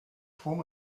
form